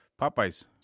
Popeyes